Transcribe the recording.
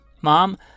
Mom